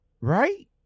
Right